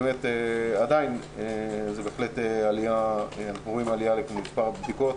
עדיין בהחלט אנחנו רואים עלייה במספר הבדיקות